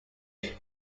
union